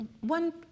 One